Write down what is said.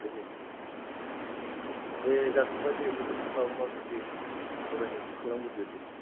दे जाथ'बाय दे बेबादिनो माबा माबि दे सावरायनायखौ खालामग्रोदो दे